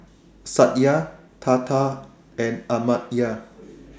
Satya Tata and Amartya